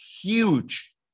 huge